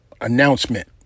announcement